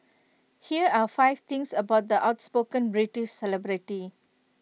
here are five things about the outspoken British celebrity